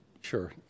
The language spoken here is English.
Sure